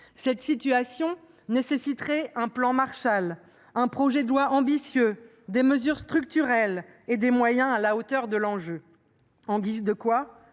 Cette situation nécessiterait un plan Marshall, un projet de loi ambitieux, des mesures structurelles et des moyens à la hauteur de l’enjeu. En guise de quoi,